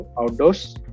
outdoors